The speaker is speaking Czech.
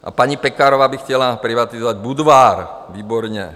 A paní Pekarová by chtěla privatizovat Budvar výborně.